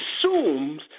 assumes